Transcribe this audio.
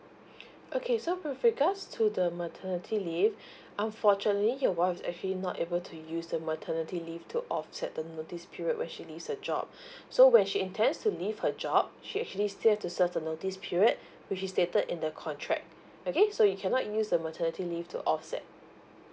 okay so with regards to the maternity leave unfortunately your wife is actually not able to use the maternity leave to offset the notice period when she leaves her job so when she intends to leave her job she actually still have to serve notice period which is stated in the contract okay so you cannot use the maternity leave to offset